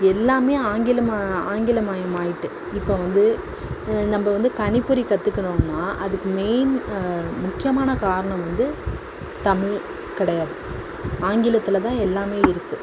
எல்லாமே ஆங்கிலமாக ஆங்கிலமயமாகிட்டு இப்போது வந்து நம்ம வந்து கணிப்பொறி கற்றுக்குறோம்னா அதுக்கு மெயின் முக்கியமான காரணம் வந்து தமிழ் கிடையாது ஆங்கிலத்தில் தான் எல்லாமே இருக்குது